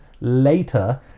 later